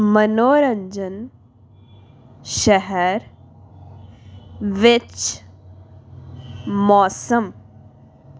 ਮਨੋਰੰਜਨ ਸ਼ਹਿਰ ਵਿੱਚ ਮੌਸਮ